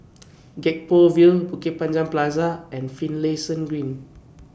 Gek Poh Ville Bukit Panjang Plaza and Finlayson Green